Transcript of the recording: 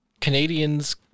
Canadians